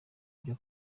byo